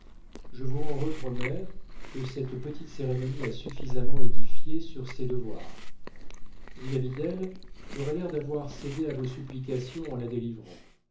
je vous rends votre mère que cette petite cérémonie a suffisamment édifiée sur ses devoirs vis-à-vis d'elle j'aurai l'air d'avoir cédé à vos supplications en la délivrant